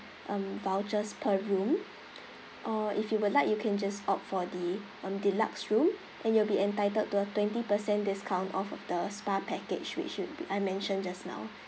um vouchers per room or if you would like you can just opt for the um deluxe room and you'll be entitled to a twenty percent discount off of the spa package which should be I mentioned just now